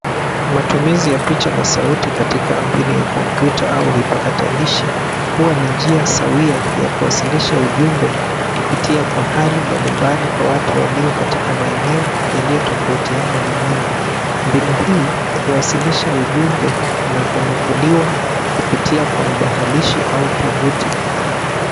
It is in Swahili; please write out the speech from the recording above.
Matumizi ya picha na sauti katika mbinu ya kompyuta au vipakatalishi huwa ni njia sawia ya kuwasilisha ujumbe kupitia kwa hali mbali mbali kwa watu walio katika maeneo yaliyotofautina ulimwengu. Mbinu hii huwasilisha ujumbe la kunukuliwa kupitia kwa mdahalishi au tovuti.